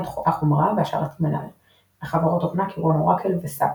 החומרה והשרתים הנ"ל וחברות תוכנה כגון אורקל ו-SAP.